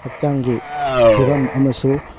ꯍꯛꯆꯥꯡꯒꯤ ꯐꯤꯕꯝ ꯑꯃꯁꯨ